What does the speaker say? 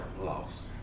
Lost